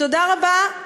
תודה רבה,